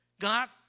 God